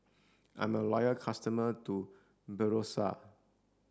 I'm a loyal customer to Berocca